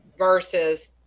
versus